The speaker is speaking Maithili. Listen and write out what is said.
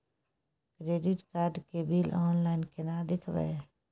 क्रेडिट कार्ड के बिल ऑनलाइन केना देखबय?